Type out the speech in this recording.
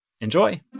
Enjoy